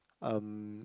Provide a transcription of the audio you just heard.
um